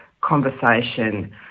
conversation